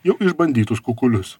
jau išbandytus kukulius